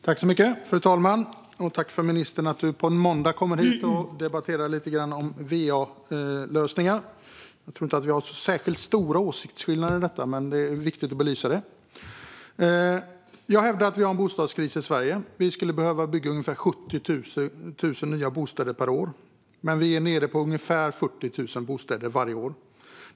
Fru talman! Tack, ministern, för att du på en måndag kommer hit och debatterar va-lösningar! Jag tror inte att vi har särskilt stora åsiktsskillnader när det gäller detta. Men det är viktigt att belysa. Jag hävdar att vi har en bostadskris i Sverige. Vi skulle behöva bygga ungefär 70 000 nya bostäder per år, men vi är nere på ungefär 40 000 bostäder per år.